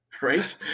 right